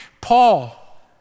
Paul